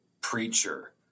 preacher